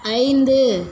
ஐந்து